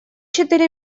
четыре